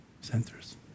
centers